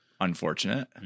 Unfortunate